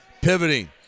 Pivoting